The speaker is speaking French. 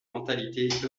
mentalités